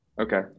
Okay